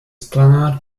planar